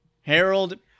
Harold